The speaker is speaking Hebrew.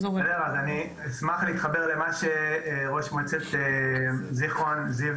אני אשמח להתחבר למה שראש מועצת זכרון יעקב,